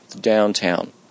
downtown